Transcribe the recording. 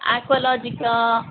యాక్వలాజిక